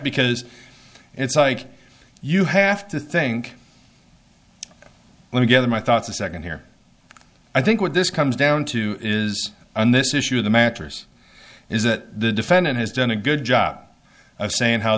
because it's like you have to think well gather my thoughts a second here i think what this comes down to is on this issue the matters is that the defendant has done a good job of saying how